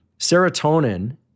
serotonin